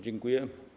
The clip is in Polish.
Dziękuję.